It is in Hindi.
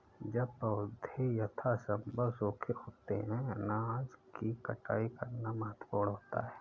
जब पौधे यथासंभव सूखे होते हैं अनाज की कटाई करना महत्वपूर्ण होता है